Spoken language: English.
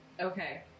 Okay